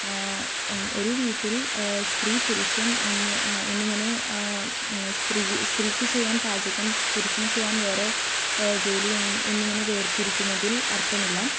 ഒരു വീട്ടിൽ സ്ത്രീ പുരുഷൻ എന്ന് എന്നിങ്ങനെ സ്ത്രീ സ്ത്രീക്ക് ചെയ്യാൻ പാചകം പുരുഷന് ചെയ്യാൻ വേറെ ജോലി എന്നിങ്ങനെ വേർതിരിക്കുന്നതിൽ അർത്ഥമില്ല